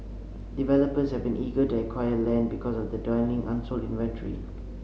developers have been eager to acquire land because of the dwindling unsold inventory